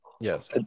Yes